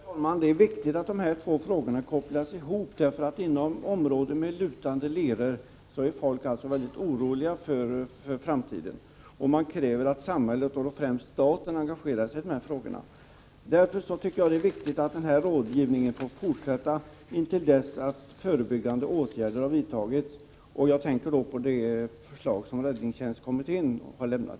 Herr talman! Det är viktigt att dessa frågor kopplas samman. Inom områden med lutande leror är människorna väldigt oroliga för framtiden och kräver att staten engagerar sig i dessa frågor. Därför är det viktigt att rådgivningen fortsätter intill dess att förebyggande åtgärder har vidtagits. Jag tänker då på det förslag som räddningstjänstkommittén har lämnat.